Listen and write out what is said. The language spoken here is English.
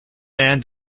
man